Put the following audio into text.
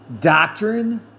Doctrine